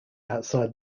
outside